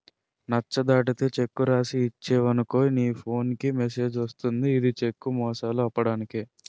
నచ్చ దాటితే చెక్కు రాసి ఇచ్చేవనుకో నీ ఫోన్ కి మెసేజ్ వస్తది ఇది చెక్కు మోసాలు ఆపడానికే